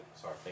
sorry